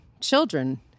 children